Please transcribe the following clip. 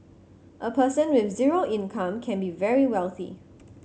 a person with zero income can be very wealthy